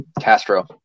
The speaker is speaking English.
Castro